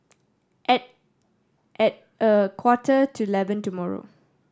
at a at a quarter to eleven tomorrow